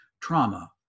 trauma